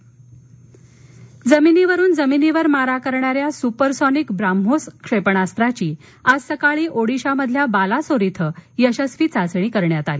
राजनाथ ब्राम्होस जमिनीवरून जमिनीवर मारा करणाऱ्या सुपरसॉनिक ब्राम्होस क्षेपणास्त्राची आज सकाळी ओडिशामधील बालासोर इथं यशस्वी चाचणी करण्यात आली